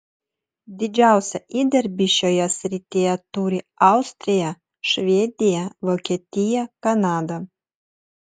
didžiausią įdirbį šioje srityje turi austrija švedija vokietija kanada